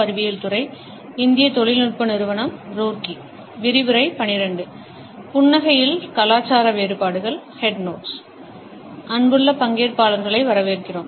அன்புள்ள பங்கேற்பாளர்களை வரவேற்கிறோம்